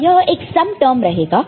और यह एक सम टर्म रहेगा